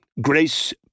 Grace